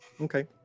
Okay